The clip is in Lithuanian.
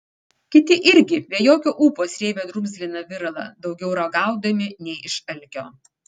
kiti irgi be jokio ūpo srėbė drumzliną viralą daugiau ragaudami nei iš alkio